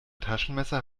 taschenmesser